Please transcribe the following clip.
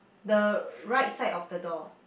the right side of the door